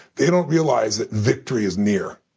they don't realize that victory is there.